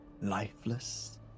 Lifeless